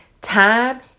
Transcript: time